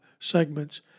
segments